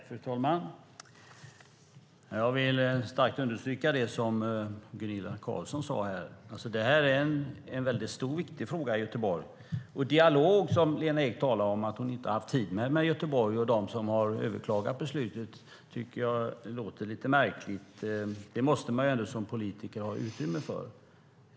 Fru talman! Jag vill starkt understryka det som Gunilla Carlsson sade: Det här är en viktig fråga i Göteborg. Lena Ek säger att hon inte har haft tid med en dialog med Göteborg och dem som har överklagat beslutet. Det tycker jag låter lite märkligt. Som politiker måste man ändå ha utrymme för det.